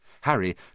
Harry